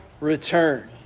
return